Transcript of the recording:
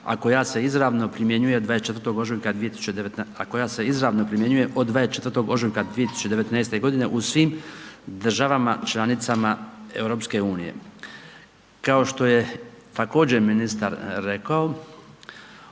a koja se izravno primjenjuje od 24. ožujka 2019.g. u svim državama članicama EU. Kao što je također ministar rekao,